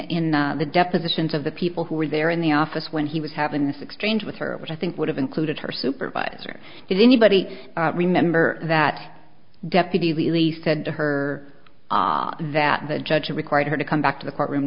in the depositions of the people who were there in the office when he was having this exchange with her which i think would have included her supervisor if anybody remember that deputy really said to her that the judge required her to come back to the courtroom